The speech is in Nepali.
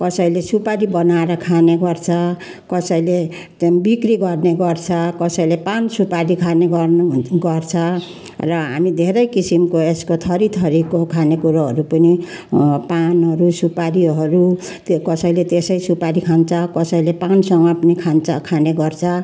कसैले सुपारी बनाएर खाने गर्छ कसैले चाहिँ बिक्री गर्ने गर्छ कसैले पान सुपारी खाने गर्ने हुने गर्छ र हामी धेरै किसिमको यसको थरीथरीको खानेकुरोहरू पनि पानहरू सुपारीहरू त्यो कसैले त्यसै सुपारी खान्छ कसैले पानसँग पनि खान्छ खाने गर्छ